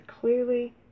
clearly